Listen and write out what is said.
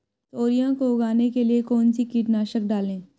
तोरियां को उगाने के लिये कौन सी कीटनाशक डालें?